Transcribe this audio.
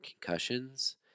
concussions